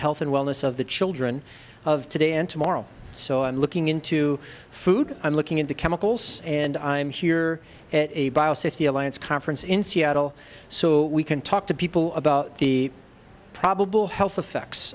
health and wellness of the children of today and tomorrow so i'm looking into food i'm looking into chemicals and i'm here at a bio safety alliance conference in seattle so we can talk to people about the probable health effects